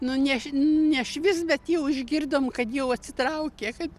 nu ne š ne švist bet jau išgirdom kad jau atsitraukė kad